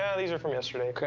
yeah these are from yesterday.